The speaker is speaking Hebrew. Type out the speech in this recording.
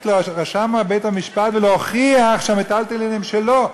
לרשם בית-המשפט ולהוכיח שהמיטלטלין הם שלו.